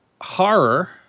horror